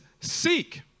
seek